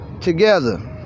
together